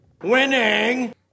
Winning